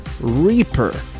Reaper